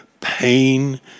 pain